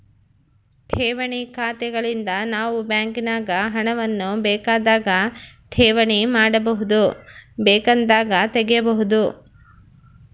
ಠೇವಣಿ ಖಾತೆಗಳಿಂದ ನಾವು ಬ್ಯಾಂಕಿನಾಗ ಹಣವನ್ನು ಬೇಕಾದಾಗ ಠೇವಣಿ ಮಾಡಬಹುದು, ಬೇಕೆಂದಾಗ ತೆಗೆಯಬಹುದು